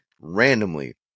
randomly